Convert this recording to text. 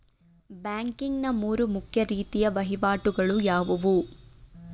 Banking ನ ಮೂರು ಮುಖ್ಯ ರೀತಿಯ ವಹಿವಾಟುಗಳು ಯಾವುವು?